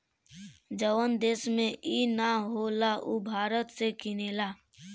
जवन देश में ई ना होला उ भारत से किनेला